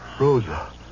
Rosa